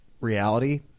reality